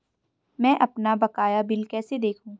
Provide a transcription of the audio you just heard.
मैं अपना बकाया बिल कैसे देखूं?